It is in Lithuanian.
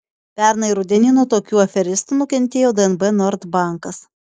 pernai rudenį nuo tokių aferistų nukentėjo dnb nord bankas